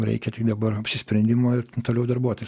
reikia tik dabar apsisprendimo ir toliau darbuotis